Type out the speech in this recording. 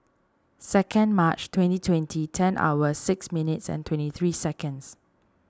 second March twenty twenty ten hours six minutes and twenty three seconds